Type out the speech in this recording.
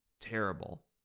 terrible